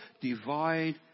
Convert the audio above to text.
divide